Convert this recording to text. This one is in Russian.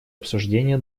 обсуждение